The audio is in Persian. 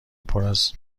پراز